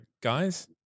guys